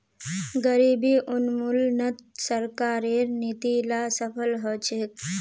गरीबी उन्मूलनत सरकारेर नीती ला सफल ह छेक